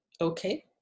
okay